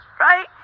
right